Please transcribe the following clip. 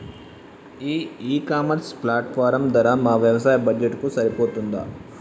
ఈ e commerce platform ధర మా వ్యవసాయ బడ్జెట్ కు సరిపోతుందా?